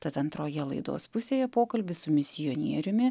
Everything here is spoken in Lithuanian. tad antroje laidos pusėje pokalbis su misionieriumi